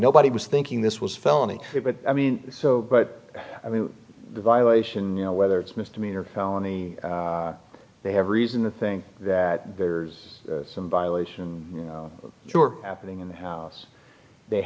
nobody was thinking this was felony but i mean so but i mean the violation you know whether it's misdemeanor or felony they have reason to think that there's some violation of your happening in the house they